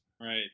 Right